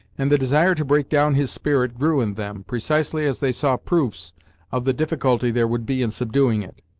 and the desire to break down his spirit grew in them, precisely as they saw proofs of the difficulty there would be in subduing it.